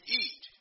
eat